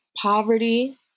poverty